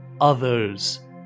others